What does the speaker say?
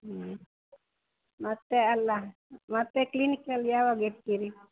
ಹ್ಞೂ ಮತ್ತು ಅಲ್ಲ ಮತ್ತು ಕ್ಲಿನಿಕಲ್ಲಿ ಯಾವಾಗ ಇರ್ತೀರಿ